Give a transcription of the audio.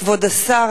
כבוד השר,